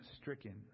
stricken